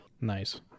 nice